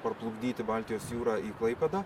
parplukdyti baltijos jūra į klaipėdą